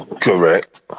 Correct